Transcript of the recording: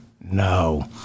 No